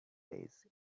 days